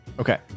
Okay